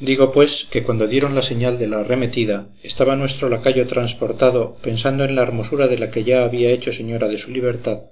digo pues que cuando dieron la señal de la arremetida estaba nuestro lacayo transportado pensando en la hermosura de la que ya había hecho señora de su libertad